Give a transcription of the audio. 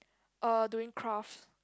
uh doing crafts